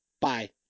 Bye